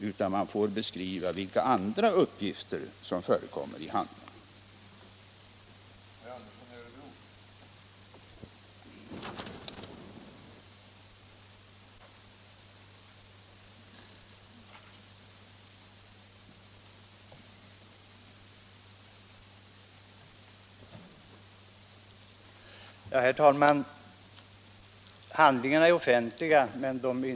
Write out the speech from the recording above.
Däremot får man beskriva vilka andra uppgifter som förekommer i handlingarna.